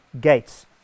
gates